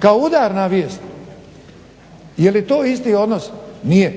kao udarna vijest. Je li to isti odnos, nije